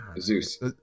zeus